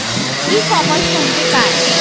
E commerce म्हणजे काय?